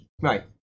right